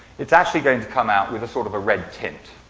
it's actually going to come out with a sort of red tint.